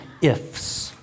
ifs